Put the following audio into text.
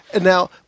now